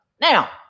Now